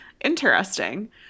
interesting